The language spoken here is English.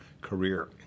career